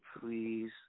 please